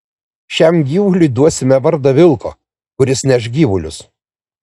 šiam gyvuliui duosime vardą vilko kuris neš gyvulius